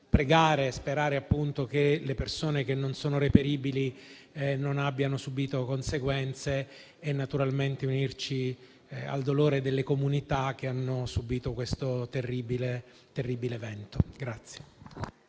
pregare e sperare che le persone non reperibili non abbiano subìto conseguenze e, naturalmente, unirci al dolore delle comunità che hanno subito questo terribile evento.